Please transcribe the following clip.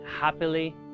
happily